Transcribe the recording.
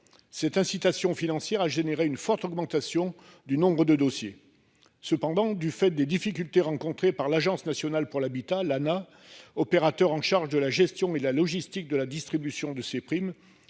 Cette incitation financière a généré une forte augmentation du nombre de dossiers cependant du fait des difficultés rencontrées par l'Agence nationale pour l'habitat, l'Anah opérateur en charge de la gestion et la logistique de la distribution de ces primes.